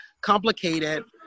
complicated